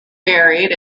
buried